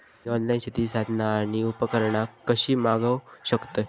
मी online शेतीची साधना आणि उपकरणा कशी मागव शकतय?